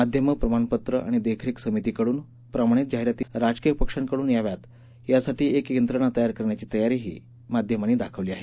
माध्यम प्रमाणापत्र आणि देखरेख समितीकडून प्रमाणित जाहिरातीचं राजकीय पक्षांकडून याव्यात यासाठी एक यंत्रणा तयार करण्याची तयारीही ही माध्यमांनी दाखवली आहे